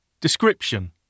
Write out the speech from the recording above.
Description